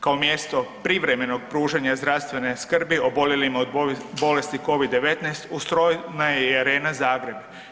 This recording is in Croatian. Kao mjesto privremenog pružanja zdravstvene skrbi oboljelima od bolesti Covid-19 ustrojena je i Arena Zagreb.